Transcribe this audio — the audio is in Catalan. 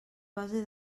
base